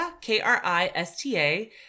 K-R-I-S-T-A